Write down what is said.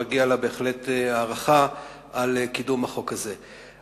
שמגיעה לה בהחלט הערכה על קידום החוק הזה.